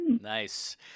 Nice